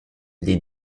les